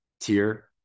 tier